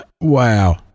Wow